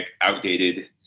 outdated